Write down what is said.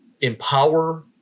empower